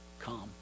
Come